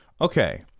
okay